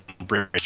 bridge